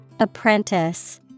Apprentice